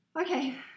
Okay